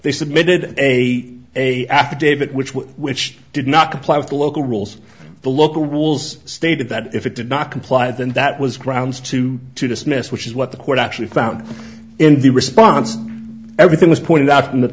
they submitted a a affidavit which was which did not comply with the local rules the local rules stated that if it did not comply then that was grounds to to dismiss which is what the court actually found in the response and everything was pointed out